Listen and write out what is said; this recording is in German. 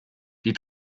die